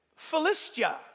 Philistia